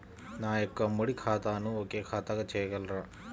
నా యొక్క ఉమ్మడి ఖాతాను ఒకే ఖాతాగా చేయగలరా?